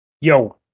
Yo